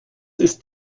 ist